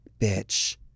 bitch